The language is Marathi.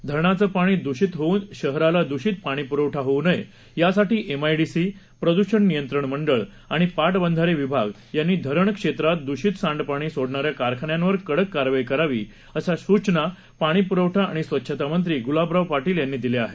धरणाचं पाणी दुषित होऊन शहराला दुषित पाणीपुरवठा होऊ नये यासाठी एमआयडीसी प्रदूषण नियंत्रण मंडळ आणि पा बिधारे विभाग यांनी धरण क्षेत्रात दुषित सांडपाणी सोडणाऱ्या कारखान्यांवर कडक कारवाई करावी अशा सूचना पाणीपुरवठा आणि स्वच्छतामंत्री गुलाबराव पाणील यांनी दिल्या आहेत